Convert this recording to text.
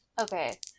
Okay